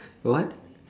what